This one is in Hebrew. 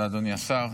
ואדוני השר.